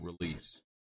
release